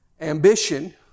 Ambition